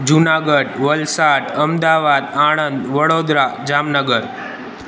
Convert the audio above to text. जूनागढ़ वलसाड अहमदाबाद आणंद वरोदडा जामनगर